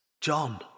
John